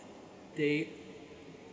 they